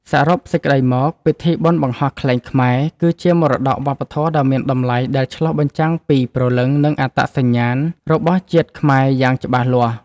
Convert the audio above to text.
សរុបសេចក្ដីមក ពិធីបុណ្យបង្ហោះខ្លែងខ្មែរ គឺជាមរតកវប្បធម៌ដ៏មានតម្លៃដែលឆ្លុះបញ្ចាំងពី ព្រលឹង និងអត្តសញ្ញាណ របស់ជាតិខ្មែរយ៉ាងច្បាស់លាស់។